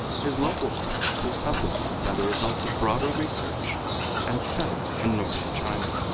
his local studies were supplemented by the results of broader research and study in northern china.